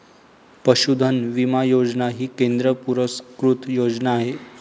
पशुधन विमा योजना ही केंद्र पुरस्कृत योजना आहे